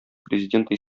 президенты